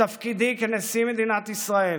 בתפקידי כנשיא מדינת ישראל